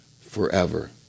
forever